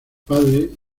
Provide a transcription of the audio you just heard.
padre